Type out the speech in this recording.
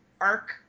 arc